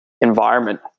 environment